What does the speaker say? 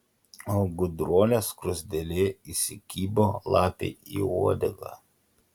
o gudruolė skruzdėlė įsikibo lapei į uodegą